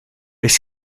beth